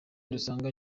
rusange